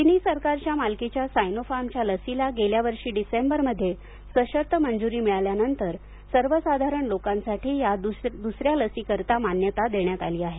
चिनी सरकारच्या मालकीच्या सायनोफार्मच्या लसीला गेल्या वर्षी डिसेंबरमध्ये सशर्त मंजुरी मिळाल्यानंतर सर्वसाधारण लोकांसाठी या दुसऱ्या लसीकरिता मान्यता देण्यात आली आहे